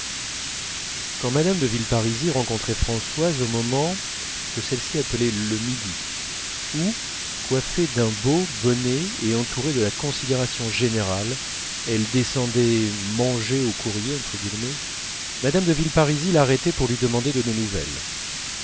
quand mme de villeparisis rencontrait françoise au moment que celle-ci appelait le midi où coiffée d'un beau bonnet et entourée de la considération générale elle descendait manger aux courriers mme de villeparisis l'arrêtait pour lui demander de nos nouvelles